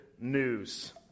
News